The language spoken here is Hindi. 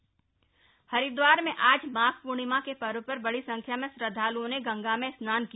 माघ पर्णिमा हरिद्वार में आज माघ पूर्णिमा के पर्व पर बड़ी संख्या में श्रद्धालुओं ने गंगा में स्नान किया